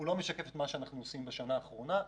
לא משקף את מה שאנחנו עושים בשנה האחרונה.